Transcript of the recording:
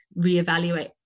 reevaluate